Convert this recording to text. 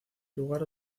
lugar